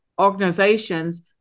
organizations